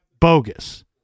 bogus